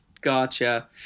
Gotcha